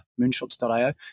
moonshots.io